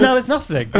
no, it was nothing.